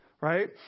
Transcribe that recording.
right